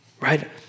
Right